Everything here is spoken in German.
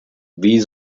wie